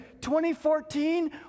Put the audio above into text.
2014